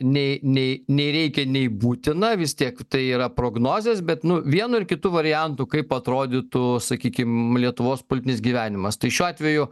nei nei nei reikia nei būtina vis tiek tai yra prognozės bet nu vienu ir kitu variantu kaip atrodytų sakykim lietuvos politinis gyvenimas tai šiuo atveju